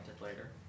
later